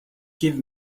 give